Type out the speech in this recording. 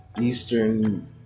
Eastern